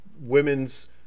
women's